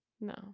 No